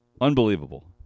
Unbelievable